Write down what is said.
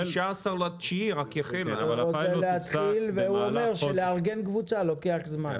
הוא אומר שלארגן קבוצה לוקח זמן.